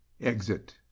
Exit